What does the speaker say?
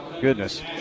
Goodness